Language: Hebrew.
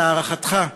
להערכתך,